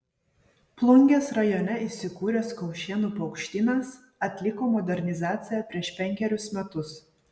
plungės rajone įsikūręs kaušėnų paukštynas atliko modernizaciją prieš penkerius metus